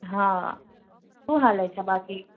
હા હું હાલે છે બાકી